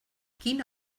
quina